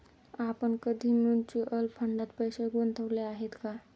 आपण कधी म्युच्युअल फंडात पैसे गुंतवले आहेत का?